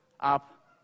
up